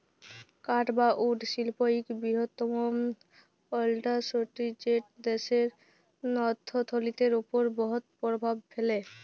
কাঠ বা উড শিল্প ইক বিরহত্তম ইল্ডাসটিরি যেট দ্যাশের অথ্থলিতির উপর বহুত পরভাব ফেলে